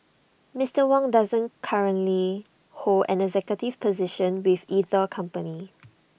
Mister Wang doesn't currently hold an executive position with either company